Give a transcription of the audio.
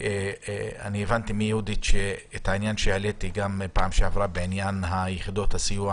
הבנתי מיהודית שהעניין שהעליתי בפעם שעברה בעניין יחידות הסיוע